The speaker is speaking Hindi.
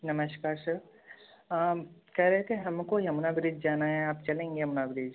नमस्कार सर कह रहे थे हमको यमुना ब्रिज जाना है आप चलेंगे यमुना ब्रिज